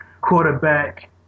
quarterback